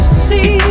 see